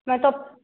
ନାଇଁ ତ